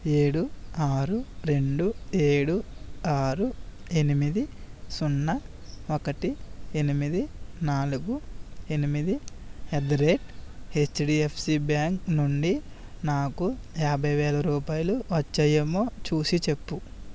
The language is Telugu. ఏడు ఆరు రెండు ఏడు ఆరు ఎనిమిది సున్నా ఒకటి ఎనిమిది నాలుగు ఎనిమిది at the rate HDFC bank నుండి నాకు యాభై వేల రూపాయలు వచ్చాయేమో చూసి చెప్పు